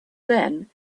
then